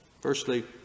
Firstly